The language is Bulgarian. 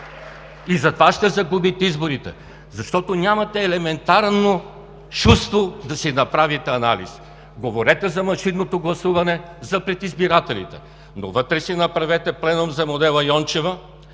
И затова ще загубите изборите, защото нямате елементарно чувство да си направите анализ. Говорете за машинното гласуване за пред избирателите, но вътре си направете пленум за модела Йончева.